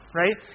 right